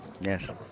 Yes